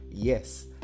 Yes